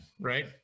right